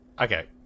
okay